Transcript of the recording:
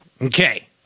Okay